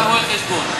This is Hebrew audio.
אתה רואה-חשבון,